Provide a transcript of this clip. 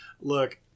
look